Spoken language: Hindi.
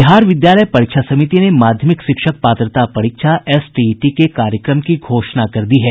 बिहार विद्यालय परीक्षा समिति ने माध्यमिक शिक्षक पात्रता परीक्षा एसटीईटी के कार्यक्रम की घोषणा कर दी है